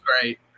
great